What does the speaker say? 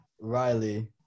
Riley